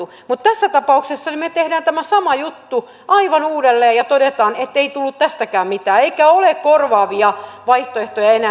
mutta tässä tapauksessa me teemme tämän saman jutun aivan uudelleen ja toteamme ettei tullut tästäkään mitään eikä ole korvaavia vaihtoehtoja enää